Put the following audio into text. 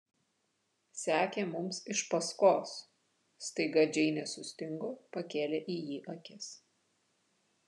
sekė mums iš paskos staiga džeinė sustingo pakėlė į jį akis